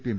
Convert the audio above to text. P M